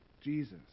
Jesus